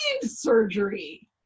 surgery